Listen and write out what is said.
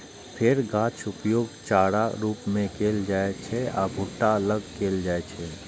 फेर गाछक उपयोग चाराक रूप मे कैल जाइ छै आ भुट्टा अलग कैल जाइ छै